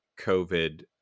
COVID